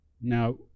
Now